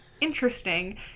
interesting